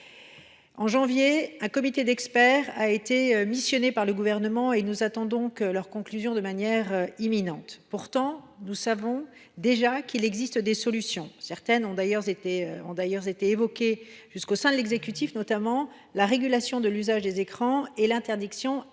dernier, un comité d’experts a été missionné par le Gouvernement. Nous attendons leurs conclusions de manière imminente. Pourtant, nous savons qu’il existe déjà des solutions. Certaines ont d’ailleurs été évoquées jusqu’au sein de l’exécutif, notamment la régulation de l’usage des écrans et l’interdiction effective